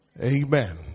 Amen